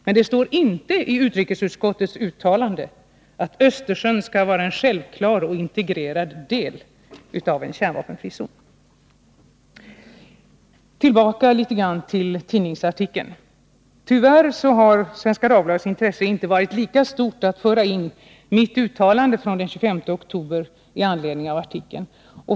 Men det står inte i utrikesutskottets uttalande att Östersjön skall vara en självklar och integrerad del av en kärnvapenfri zon. Tillbaka litet grand till tidningsartikeln! Tyvärr har Svenska Dagbladets intresse inte varit lika stort att föra in mitt uttalande från den 25 oktober med anledning av artikeln.